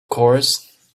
course